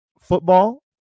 football